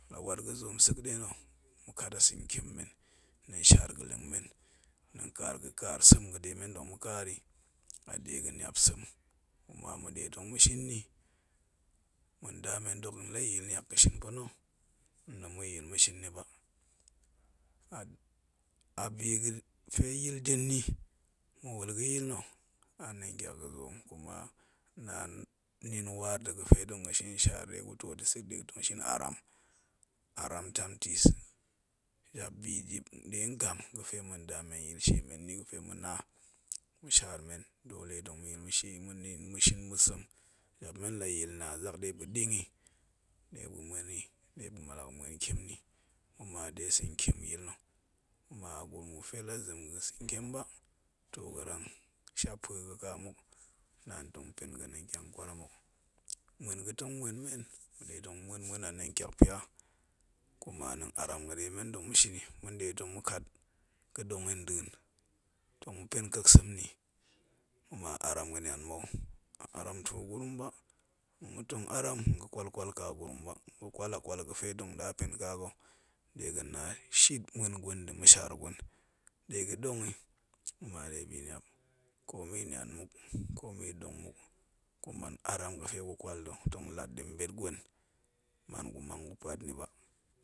La wat ga̱zoom nsek nɗe nna̱ ma̱kat a sa̱ntiem men nḏa̱a̱ n shaar ga̱keng men, nɗa̱a̱n kaar ga̱ kaar sem ga̱ɗe men tong ma̱kaaar i, a dega̱ niap sem kuma ma̱ɗe tong ma̱shin niy, manda men dok ɗin la ya̱a̱l niak ga̱shin pa̱na̱, ɗin tong ma̱ ya̱a̱l ma̱shin ni ba, a. a, bi ga̱fe yil da̱ nni, ma̱wul ga̱yil nna̱ a ndaan tyak gazoom kuna a waan nin waar ta̱ ga̱fe tang gashin shaar ɗegu twoot yi sit dega̱ shin aram, aram tamtis, jabbi dip nɗe ngam ga̱fe ma̱nda men ya̱a̱l shie men ya̱a̱l nni, ga̱fe ma̱na ma̱shaar men dole tong ma̱ya̱a̱l ma̱shie ma̱nin, ma̱ shin ma̱zem, jap men la ya̱a̱l na zak ɗe muop ga̱ɗin yi, ɗe muop ga̱ muen ntiem nni, kuma de santiem ga̱yil nna̱, kuma gurum ga̱fe lazem ga̱ ga̱ sa̱ntiem ba, toh ga̱rang shappue ga̱ ka muk naan tong pen ga̱ nɗa̱a̱n tyan kwaram hok, muen ga̱tong muen men, ma̱nɗe tong ma̱ muen muen anɗa̱a̱n tyakpya, kuma nɗa̱a̱n aram ga̱ɗe men tong ma̱shin, ma̱ nɗe tong ma̱kat ga̱ɗong yi nɗa̱a̱n tong ma̱ken keksem yi nni, kuma a aram ga̱nian mou, aram tuu gurum ba, ma̱tem aram tuu gurum ba, ma̱tem nram ga̱ kwal kwal ka gurum ba gakwala kwal ga̱fe tong ɗa pen ƙa ga̱, dega̱, na shit muen gwen nda̱ ma̱shaar wen, ɗega̱ ɗong, kuma ɗe biniap ƙomi niam muk komi ɗong muk, gu man aram ga̱fe gukwal ta̱, kuma tong lat ɗi mɓet gwen, man gu many gu puat nni bi